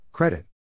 Credit